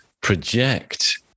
project